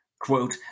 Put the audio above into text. quote